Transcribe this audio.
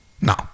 No